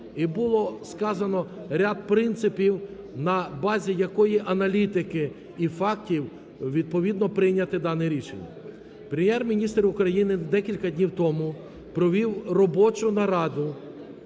І було сказано ряд принципів, на базі якої аналітики і фактів відповідно прийнято дане рішення. Прем'єр-міністр України декілька днів тому провів робочу нараду